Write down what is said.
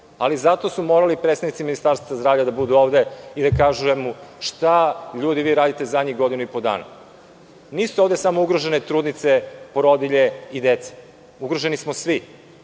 ali zato su morali predstavnici Ministarstva zdravlja da budu ovde i da kažu – šta vi ljudi radite zadnjih godinu i po dana? Nisu ovde samo ugrožene trudnice, porodilje i deca. Ugroženi smo svi.